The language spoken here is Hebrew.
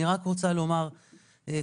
אני רק רוצה לומר ככה: